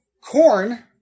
corn